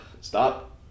Stop